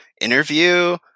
interview